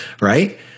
right